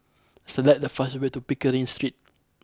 select the fastest way to Pickering Street